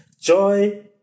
Joy